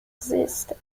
exist